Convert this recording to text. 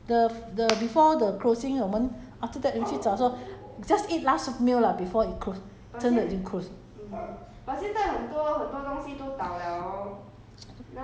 last err february or march lor then we want to find no more already the f~ the before the closing 我们 after that 回去找就说 just eat last meal lah before it close 真的已经 close